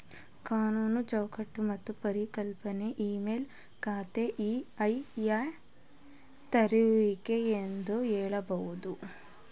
ಕಾನೂನು ಚೌಕಟ್ಟು ಮತ್ತು ಪರಿಕಲ್ಪನೆ ಇ ವಿಮ ಖಾತೆ ಇ.ಐ.ಎ ತೆರೆಯುವಿಕೆ ಎಂದು ಹೇಳಬಹುದು